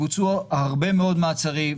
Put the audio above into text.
בוצעו הרבה מאוד מעצרים.